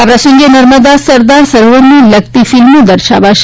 આ પ્રસંગે નર્મદા સરદાર સરોવરને લગતી ફિલ્મો દર્શાવાશે